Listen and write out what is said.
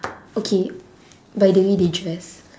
okay by the way they dress